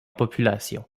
population